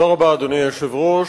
אדוני היושב-ראש,